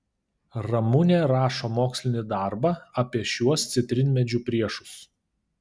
ramunė rašo mokslinį darbą apie šiuos citrinmedžių priešus